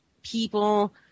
people